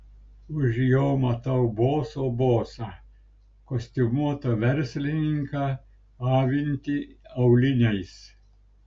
už jo matau boso bosą kostiumuotą verslininką avintį auliniais